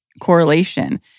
correlation